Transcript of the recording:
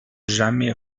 jamais